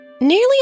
nearly